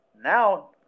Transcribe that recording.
Now